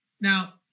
Now